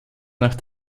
nach